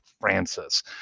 francis